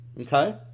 Okay